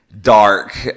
Dark